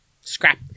scrap